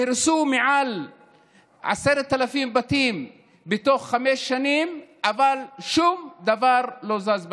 מעל 10,000 בתים נהרסו בתוך חמש שנים אבל שום דבר לא זז בנגב.